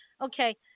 okay